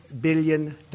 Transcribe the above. billion